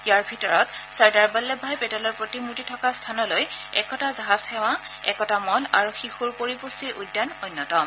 ইয়াৰ ভিতৰত চৰ্দাৰ বল্লভ ভাই পেটেলৰ প্ৰতিমূৰ্তি থকা স্থানলৈ একতা জাহাজ সেৱা একতা মল আৰু শিশুৰ পৰিপুষ্টি উদ্যান অন্যতম